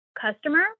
customer